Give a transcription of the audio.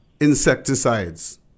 insecticides